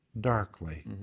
darkly